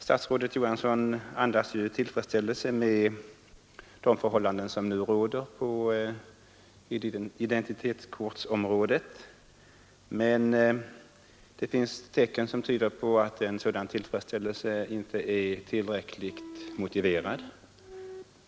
Statsrådet Johansson andas ju tillfredsställelse med de förhållanden som råder på identitetskortsområdet, men det finns tecken som tyder på att en sådan tillfredsställelse inte är tillräckligt motiverad.